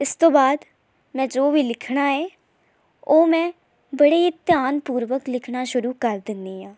ਇਸ ਤੋਂ ਬਾਅਦ ਮੈਂ ਜੋ ਵੀ ਲਿਖਣਾ ਹੈ ਉਹ ਮੈਂ ਬੜੇ ਹੀ ਧਿਆਨ ਪੂਰਵਕ ਲਿਖਣਾ ਸ਼ੁਰੂ ਕਰ ਦਿੰਦੀ ਹਾਂ